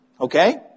Okay